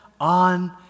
on